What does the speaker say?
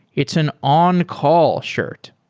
it's an on-call shirt.